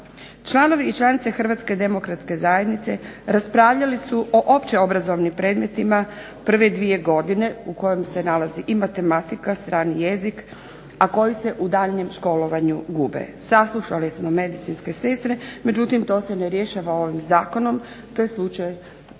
Članovi i članice Hrvatske demokratske zajednice raspravljali su o opće obrazovnim predmetima prve dvije godine u kojem se nalazi i matematika i strani jezik, a koji se u daljnjem školovanju gube. Saslušali smo medicinske sestre međutim, to se ne rješava ovim Zakonom to je posebno